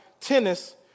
tennis